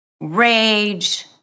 rage